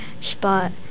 spot